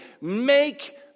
Make